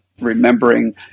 remembering